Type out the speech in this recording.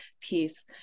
piece